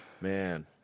Man